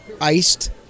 iced